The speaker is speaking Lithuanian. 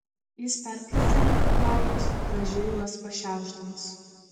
jis perbraukė ranka plaukus gražiai juos pašiaušdamas